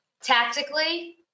tactically